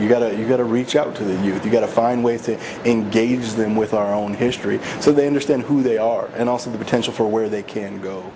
you've got to you've got to reach out to the you've got to find ways to engage them with our own history so they understand who they are and also the potential for where they can go